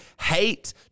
hate